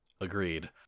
Agreed